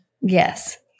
Yes